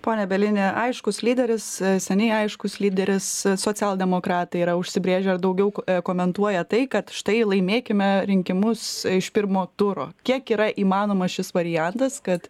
pone bielini aiškus lyderis seniai aiškus lyderis socialdemokratai yra užsibrėžę daugiau komentuoja tai kad štai laimėkime rinkimus iš pirmo turo kiek yra įmanomas šis variantas kad